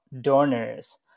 donors